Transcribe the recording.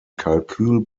kalkül